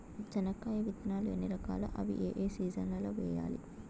చెనక్కాయ విత్తనాలు ఎన్ని రకాలు? అవి ఏ ఏ సీజన్లలో వేయాలి?